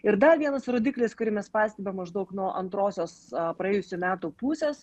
ir dar vienas rodiklis kurį mes pastebim maždaug nuo antrosios praėjusių metų pusės